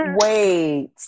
Wait